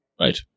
Right